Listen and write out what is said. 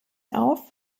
auf